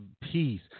peace